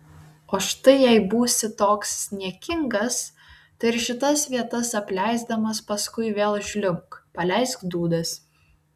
o štai jei būsi toks niekingas tai ir šitas vietas apleisdamas paskui vėl žliumbk paleisk dūdas